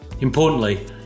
Importantly